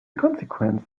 consequence